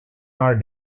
hour